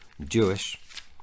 jewish